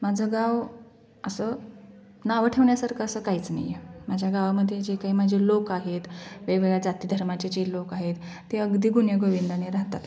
माझं गाव असं नावं ठेवण्यासारखं असं काहीच नाही आहे माझ्या गावामध्ये जे काही माझे लोक आहेत वेगवेगळ्या जातीधर्माचे जे लोक आहेत ते अगदी गुण्यागोविंदाने राहतात